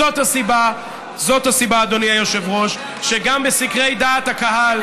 זאת הסיבה, אדוני היושב-ראש, שגם בסקרי דעת הקהל,